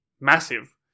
massive